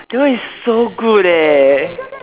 that one is so good eh